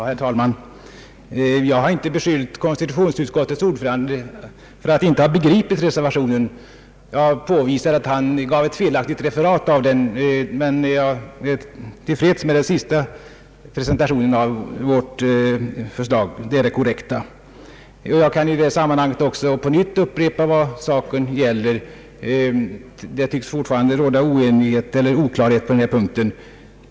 Herr talman! Jag har inte beskyllt konstitutionsutskottets ordförande för att inte ha begripit reservationen. Jag påvisade att han gav ett felaktigt referat av den. Man jag är till freds med den sista presentationen av vårt förslag. Det är det korrekta. Jag kan i det sammanhanget upprepa vad saken gäller. Det tycks fortfarande råda oklarhet på den punkten.